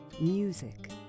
music